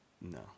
No